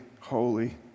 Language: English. holy